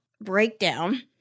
breakdown